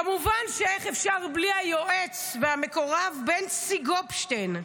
כמובן, איך אפשר בלי היועץ והמקורב בנצי גופשטיין.